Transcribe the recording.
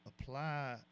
apply